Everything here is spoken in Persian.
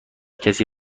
کسی